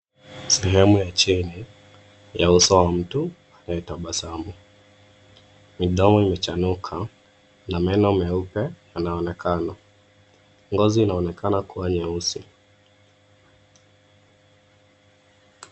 Sehemu ya chini, ya uso wa mtu, anayetabasamu, midomo imechanuka, na meno meupe, yanaonekana. Ngozi inaonekana kuwa nyeusi.